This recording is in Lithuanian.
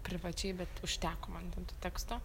privačiai bet užteko man ten tų teksto